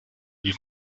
гэж